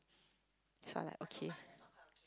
so I like okay